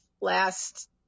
last